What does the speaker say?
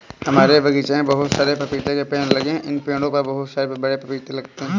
हमारे बगीचे में बहुत सारे पपीते के पेड़ लगे हैं इन पेड़ों पर बहुत बड़े बड़े पपीते लगते हैं